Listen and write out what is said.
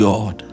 God